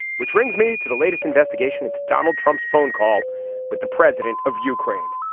which brings me to the latest investigation into donald trump's phone call with the president of ukraine.